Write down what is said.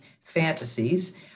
fantasies